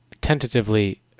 tentatively